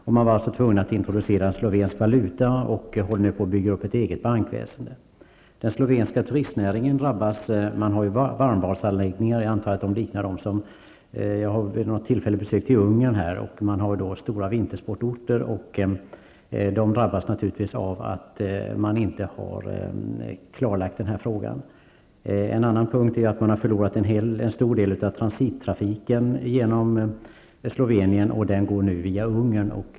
Slovenien har alltså varit tvungen att introducera slovensk valuta och håller på att bygga upp ett eget bankväsende. Den slovenska turistnäringen drabbas. Där finns varmbadanläggningar. Jag antar att de liknar dem jag vid några tillfällen har besökt i Ungern. Det finns också stora vintersportorter. Dessa drabbas av att frågan inte har klarlagts. En annan punkt är att en stor del av transittrafiken genom Slovenien nu går via Ungern.